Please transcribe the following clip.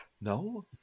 No